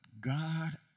God